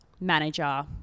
manager